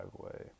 driveway